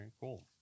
cool